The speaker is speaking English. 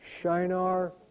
Shinar